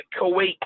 Kuwait